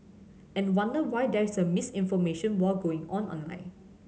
and wonder why there is a misinformation war going on online